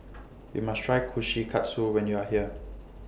YOU must Try Kushikatsu when YOU Are here